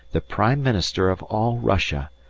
the prime minister of all russia,